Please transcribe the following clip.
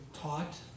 taught